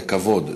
לכבוד,